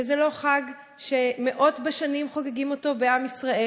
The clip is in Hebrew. וזה לא חג שמאות בשנים חוגגים אותו בעם ישראל.